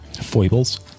Foibles